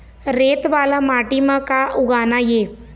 रेत वाला माटी म का का उगाना ये?